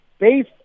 base